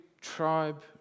tribe